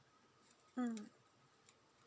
mm